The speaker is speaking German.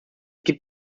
gibt